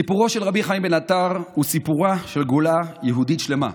סיפורו של רבי חיים בן עטר הוא סיפורה של גולה יהודית שלמה.